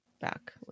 back